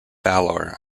valour